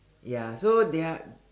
ya so they're